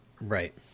Right